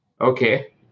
Okay